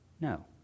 No